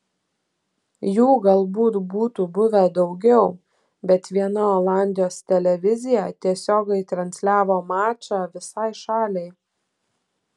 jų galbūt būtų buvę daugiau bet viena olandijos televizija tiesiogiai transliavo mačą visai šaliai